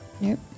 Nope